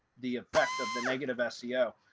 the effect of the negative ah seo.